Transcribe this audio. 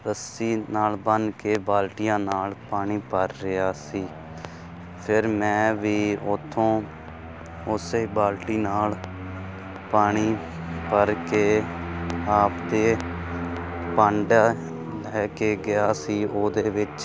ਰੱਸੀ ਨਾਲ ਬੰਨ੍ਹ ਕੇ ਬਾਲਟੀਆਂ ਨਾਲ ਪਾਣੀ ਭਰ ਰਿਹਾ ਸੀ ਫਿਰ ਮੈਂ ਵੀ ਉੱਥੋਂ ਉਸ ਬਾਲਟੀ ਨਾਲ ਪਾਣੀ ਭਰ ਕੇ ਆਪ ਤਾਂ ਪੰਡ ਲੈ ਕੇ ਗਿਆ ਸੀ ਉਹਦੇ ਵਿੱਚ